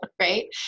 right